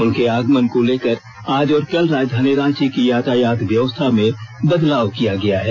उनके आगमन को लेकर आज और कल राजधानी रांची की यातायात व्यवस्था में बदलाव किया गया है